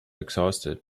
exhausted